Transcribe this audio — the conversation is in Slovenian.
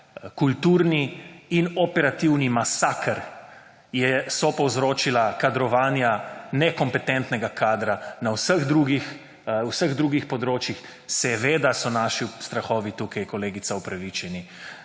kulturni in operativni masaker so povzročila kadrovanja nekompetentnega kadra na vseh drugih področjih seveda so naši strahovi tukaj kolegica opravičeni,